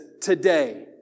today